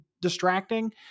distracting